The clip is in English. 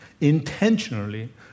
intentionally